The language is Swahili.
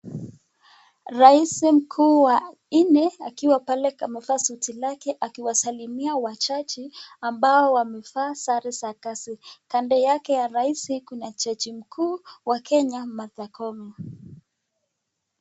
Raisi mkuu wa nne akiwa pale kamevaa suti lake akiwasalimia wajaji ambao wamevaa sare za kazi. Kando yake ya raisi kuna jaji mkuu wa Kenya, Martha Koome.